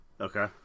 Okay